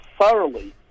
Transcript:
thoroughly